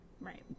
Right